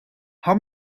how